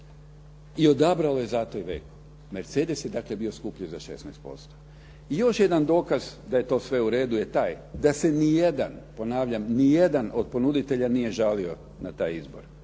I odabralo je zato Iveco. Mercedes je dakle bio skuplji za 16%. I još jedan dokaz da je to sve u redu je taj da se niti jedan, ponavljam niti jedan od ponuditelja nije žalio na taj izbor